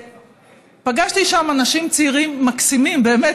ופגשתי שם אנשים צעירים מקסימים באמת.